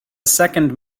second